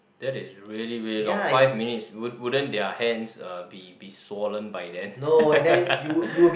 that is really really long five minutes would wouldn't their hands uh be be swollen by then